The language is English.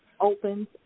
opens